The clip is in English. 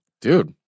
Dude